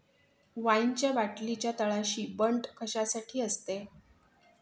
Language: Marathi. वाईनच्या बाटलीच्या तळाशी बंट कशासाठी असते?